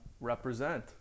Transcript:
Represent